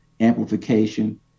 amplification